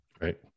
right